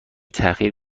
تاخیر